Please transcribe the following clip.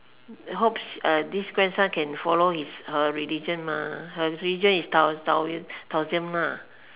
hopes uh this grandson can follow his her religion mah her religion is tao~ tao~ Taoism lah